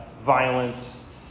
violence